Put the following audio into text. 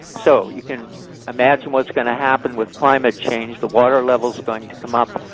so you can imagine what's going to happen with climate change. the water level is going to come up,